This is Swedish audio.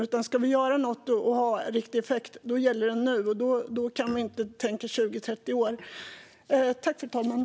Om vi ska göra något som får riktig effekt är det nu det gäller. Då kan vi inte tänka 20-30 år.